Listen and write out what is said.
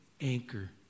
anchor